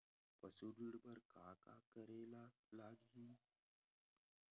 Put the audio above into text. पशु ऋण बर का करे ला लगही?